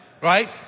Right